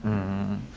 mmhmm